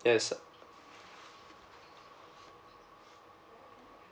yes